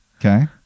Okay